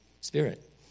spirit